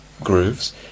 grooves